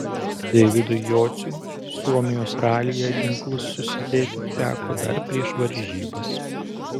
deividui jociui suomijos ralyje ginklus susidėti teko dar prieš varžybas